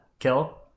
kill